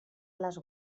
les